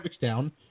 down